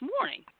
morning